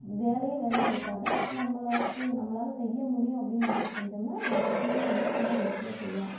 வேலையை வேலையை எடுக்காத நம்பளுக்கு நம்பளால் செய்ய முடியும் அப்படின்னு நினச்சி செஞ்சோம்னா எல்லாத்தையுமே வந்து நம்ம ஈஸியாக செய்யலாம்